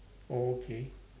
okay